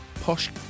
posh